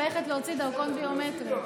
ללכת להוציא דרכון ביומטרי.